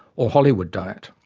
or hollywood diet.